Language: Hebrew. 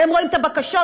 הם רואים את הבקשות,